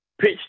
pitch